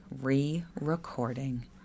re-recording